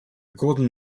golden